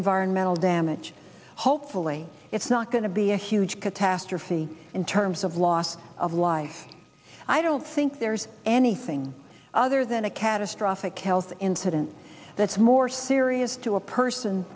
environmental damage hopefully it's not going to be a huge catastrophe in terms of loss of life i don't think there's anything other than a catastrophic health incident that's more serious to a person